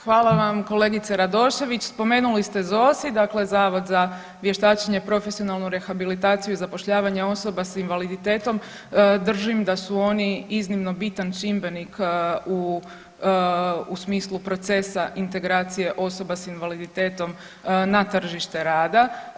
Hvala vam kolegice Radošević, spomenuli ste ZOSI dakle Zavod za vještačenje, profesionalnu rehabilitaciju i zapošljavanje osoba s invaliditetom, držim da su oni iznimno bitan čimbenik u, u smislu procesa integracije osoba s invaliditetom na tržište rada.